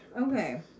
Okay